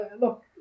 Look